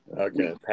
Okay